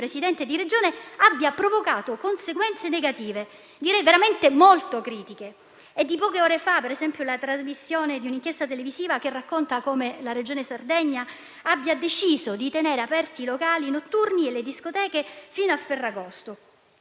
Presidenti di Regione abbia provocato conseguenze negative, direi veramente molto critiche. È di poche ore fa - per esempio - la trasmissione di un'inchiesta televisiva che racconta come la regione Sardegna abbia deciso di tenere aperti i locali notturni e le discoteche fino a ferragosto,